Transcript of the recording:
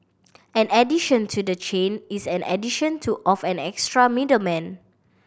an addition to the chain is an addition to of an extra middleman